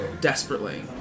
desperately